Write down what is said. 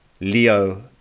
Leo